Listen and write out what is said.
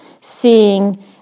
Seeing